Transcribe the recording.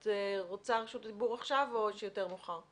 את רוצה את רשות הדיבור עכשיו או יותר מאוחר?